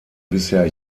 bisher